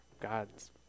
God's